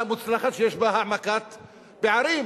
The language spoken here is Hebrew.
מוצלחת שיש בה העמקת פערים,